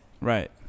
Right